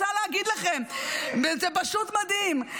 עזוב --- אני רוצה להגיד לכם, זה פשוט מדהים.